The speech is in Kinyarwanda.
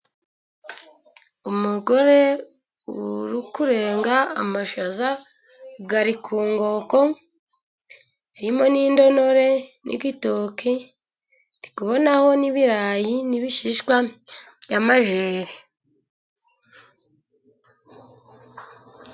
Umugore uri kurenga amashaza ari ku nkoko, harimo n'intonore n'igitoke, ndi kubonaho n'ibirayi n'ibishishwa n'amageri.